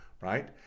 right